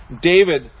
David